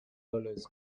always